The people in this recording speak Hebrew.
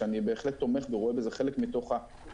שאני בהחלט תומך ורואה בזה חלק גם מהקולינריה